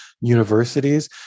universities